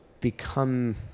become